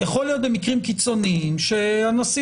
יכול להיות במקרים קיצוניים שהנשיא